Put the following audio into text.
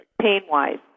pain-wise